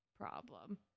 problem